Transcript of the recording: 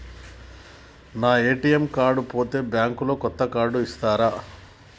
నా ATM card పోతే bank లో కొత్త కార్డు ఇస్తరా?